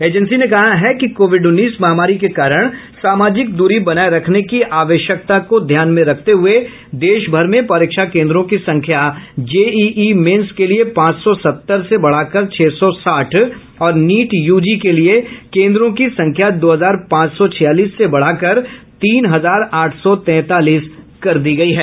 agency ने कहा है कि कोविड उन्नीस महामारी के कारण सामाजिक दूरी बनाए रखने की आवश्यकता को ध्यान में रखते हुए देश भर में परीक्षा केन्द्रों की संख्या जेइई मेन्स के लिए पांच सौ सत्तर से बढ़ाकर छह सौ साठ और नीट यूजी के लिये केन्द्रों की संख्या दो हजार पांच सौ छियालीस से बढ़ाकर तीन हजार आठ सौ तैंतालीस कर दी गयी है